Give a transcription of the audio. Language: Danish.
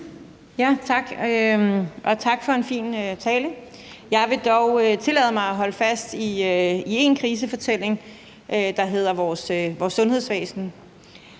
Tak for en fin tale. Jeg vil dog tillade mig at holde fast i en krisefortælling, der handler om vores sundhedsvæsen.